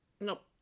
Nope